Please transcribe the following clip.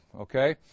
Okay